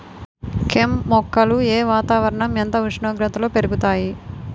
కెమ్ మొక్కలు ఏ వాతావరణం ఎంత ఉష్ణోగ్రతలో పెరుగుతాయి?